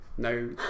no